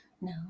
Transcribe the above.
No